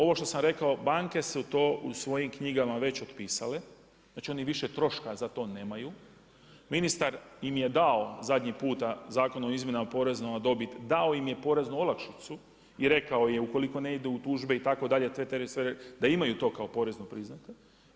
Ovo što sam rekao banke su to u svojim knjigama već otpisale, znači oni više troška za to nemaju, ministar im je dao zadnji puta Zakon o izmjenama poreza na dobit, dao im je poreznu olakšicu i rekao je ukoliko ne ide u tužbe itd. da imaju to kao porez priznato.